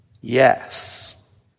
yes